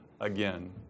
again